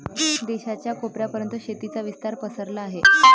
देशाच्या कोपऱ्या पर्यंत शेतीचा विस्तार पसरला आहे